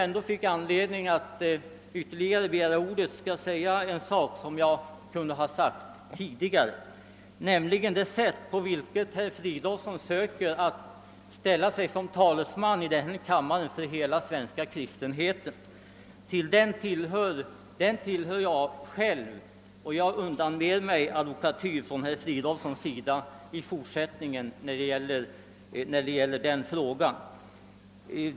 När jag fick anledning att ytterligare begära ordet kanske jag skall beröra en sak som jag borde ha berört tidigare, nämligen det sätt på vilket herr Fridolfsson här försöker framställa sig som talesman för hela den svenska kristenheten. Jag tillhör själv denna kristenhet, och i fortsättningen undanber jag mig advokatyr från herr Fridolfssons sida när det gäller denna fråga.